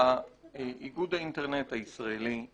אדוני היושב-ראש, איגוד האינטרנט הישראלי,